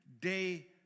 day